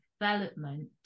development